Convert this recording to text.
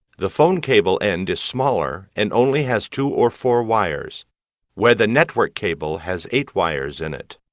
the phone cable end is smaller and only has two or four wires where the network cable has eight wires in it.